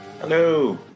Hello